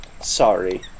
Sorry